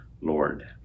lord